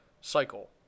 cycle